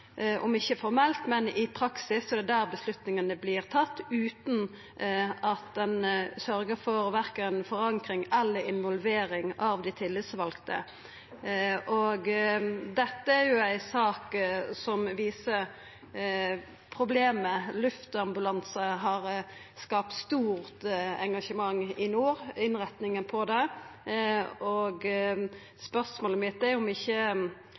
om ikkje formelt, så i praksis er det der avgjerdene vert tatt utan at ein sørgjer for verken forankring eller involvering av dei tillitsvalde. Dette er ei sak som viser at innretninga på luftambulansen har skapt stort engasjement i nord, og spørsmålet mitt er om ikkje